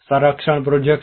સંરક્ષણ પ્રોજેક્ટ્સ